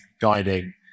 guiding